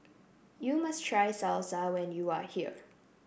you must try Salsa when you are here